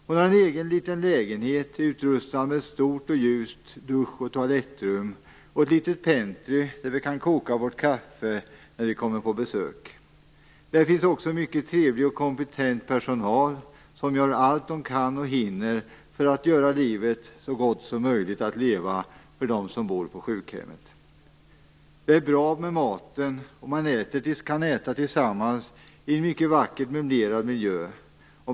Hon har en egen liten lägenhet som är utrustad med ett stort och ljust dusch och toalettrum och ett litet pentry där vi kan koka vårt kaffe när vi kommer på besök. Där finns också en mycket trevlig och kompetent personal som gör allt den kan och hinner för att göra livet så gott som möjligt för dem som bor på sjukhemmet. Det är bra med maten, och man kan äta tillsammans i en mycket vackert möblerad miljö.